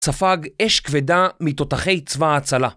ספג אש כבדה מתותחי צבא הצלה